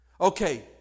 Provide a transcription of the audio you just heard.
Okay